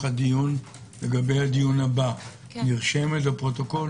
הדיון לגבי הדיון הבא נרשמת בפרוטוקול?